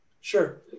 Sure